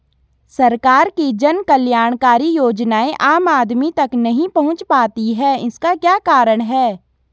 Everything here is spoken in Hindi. सरकार की जन कल्याणकारी योजनाएँ आम आदमी तक नहीं पहुंच पाती हैं इसका क्या कारण है?